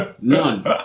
None